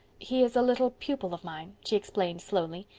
he is a little pupil of mine, she explained slowly.